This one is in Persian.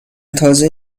تازه